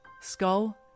skull